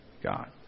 God